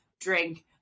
drink